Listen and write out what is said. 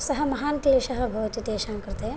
सः महान् क्लेशः भवति तेषां कृते